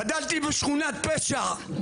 גדלתי בשכונת פשע,